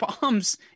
bombs